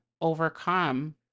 overcome